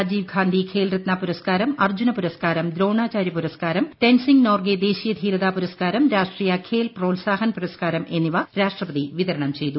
രാജീവ് ഗാന്ധി ഖേൽരത്ന പുരസ്കാരം അർജുന പുരസ്കാരം ദ്രോണാചാര്യ പുരസ്കാരം ടെൻസിങ് നോർഗെ ദേശീയ ധീരതാ പുരസ്കാരം രാഷ്ട്രീയ ഖേൽ പ്രോത്സാഹൻ പുരസ്കാരം എന്നിവ രാഷ്ട്രപതി വിതരണം ചെയ്തു